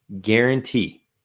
guarantee